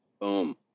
Boom